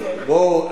אמרתי את זה.